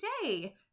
today